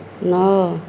ନଅ